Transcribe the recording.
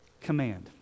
command